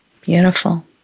Beautiful